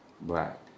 black